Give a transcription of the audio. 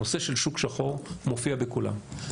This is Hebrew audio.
הנושא של שוק שחור מופיע בכולן.